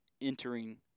Entering